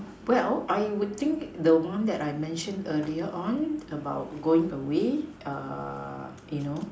well I would think the one that I mentioned earlier on about going away err you know